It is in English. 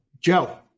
Joe